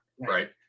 right